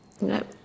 No